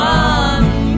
one